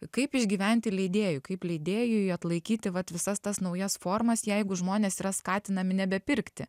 kaip išgyventi leidėjui kaip leidėjui atlaikyti vat visas tas naujas formas jeigu žmonės yra skatinami nebepirkti